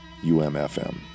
UMFM